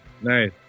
Nice